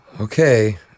Okay